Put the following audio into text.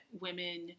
women